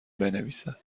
بنویسد